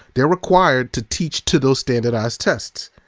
they're required to teach to those standardized tests.